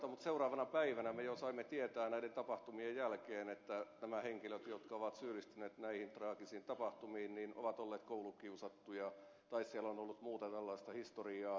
mutta seuraavana päivänä me jo saimme tietää näiden tapahtumien jälkeen että nämä henkilöt jotka ovat syyllistyneet näihin traagisiin tapahtumiin ovat olleet koulukiusattuja tai siellä on ollut muuta tällaista historiaa